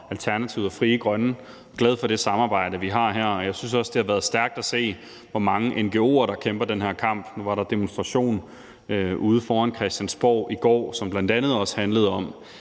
Alternativet og Frie Grønne. Jeg er glad for det samarbejde, vi har her. Jeg synes også, det har været stærkt at se, hvor mange ngo'er der kæmper den her kamp. Nu var der demonstration foran Christiansborg i går, som bl.a. også handlede om